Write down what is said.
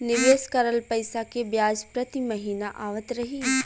निवेश करल पैसा के ब्याज प्रति महीना आवत रही?